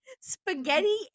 spaghetti